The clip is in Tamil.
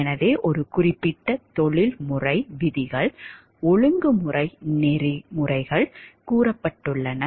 எனவே ஒரு குறிப்பிட்ட தொழில்முறை விதிகள் ஒழுங்குமுறை நெறிமுறைகள் கூறப்பட்டுள்ளன